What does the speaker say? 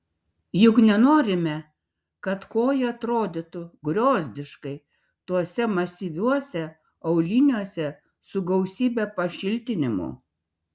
juk nenorime kad koja atrodytų griozdiškai tuose masyviuose auliniuose su gausybe pašiltinimų